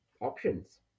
options